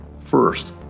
First